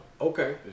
Okay